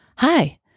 Hi